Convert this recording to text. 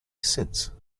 since